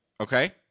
okay